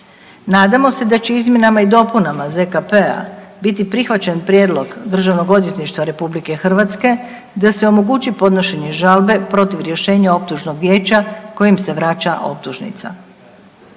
Nadamo se da izmjenama i dopunama ZKP-a biti prihvaćen prijedlog Državnog odvjetništva RH da se omogući podnošenje žalbe protiv rješenja optužnog vijeća kojim se vraća optužnica.